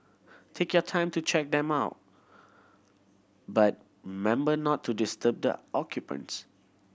take your time to check them out but member not to disturb the occupants